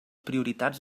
prioritats